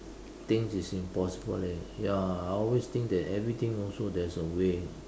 things is impossible leh ya I always feel that everything also there is a way